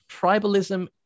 tribalism